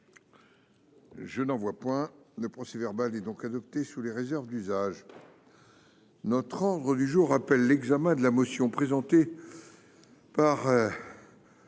Je n'en vois point le procès verbal est donc adopté sous les réserves d'usage. Notre ordre du jour appelle l'examen de la motion présentée. Par.